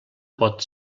pot